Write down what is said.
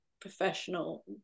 professional